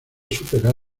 superar